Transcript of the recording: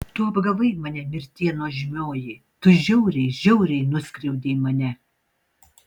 tu apgavai mane mirtie nuožmioji tu žiauriai žiauriai nuskriaudei mane